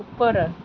ଉପର